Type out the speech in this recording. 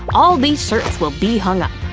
all these shirts will be hung up.